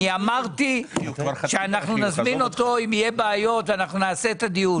אני אמרתי שאנחנו נזמין אותו אם יהיו בעיות ואנחנו נעשה את הדיון.